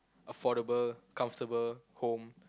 affordable comfortable home